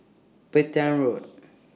Petain Road